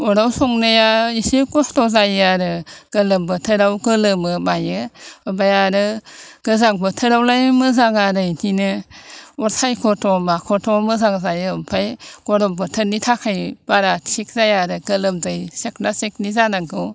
अराव संनाया एसे खस्थ' जायो आरो गोलोम बोथोराव गोलोमो मायो आमफाय आरो गोजां बोथोरावलाय मोजां आरो बेदिनो अर साखथाव माखथ मोजां जायो आमफ्राय गरम बोथोरनि थाखाय बारा थिग जाया आरो गोलोमदै सेखना सेखनि जानांगौ